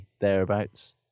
thereabouts